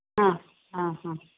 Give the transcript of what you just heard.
ആ ആ ഹാ